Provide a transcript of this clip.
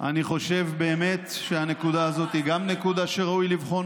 אני חושב שהנקודה הזאת היא גם נקודה שראוי לבחון.